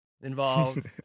involved